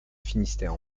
finistère